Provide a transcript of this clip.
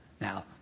Now